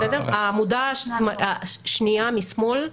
העמותה השנייה משמאל,